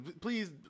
please